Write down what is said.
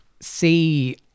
see